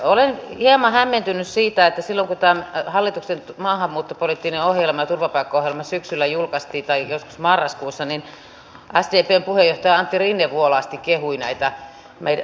olen hieman hämmentynyt siitä että silloin kun tämä hallituksen maahanmuuttopoliittinen ohjelma ja turvapaikkaohjelma syksyllä tai joskus marraskuussa julkaistiin niin sdpn puheenjohtaja antti rinne vuolaasti kehui näitä meidän toimenpiteitämme